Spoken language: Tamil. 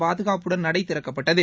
பாதுகாப்புடன் நடை திறக்கப்பட்டது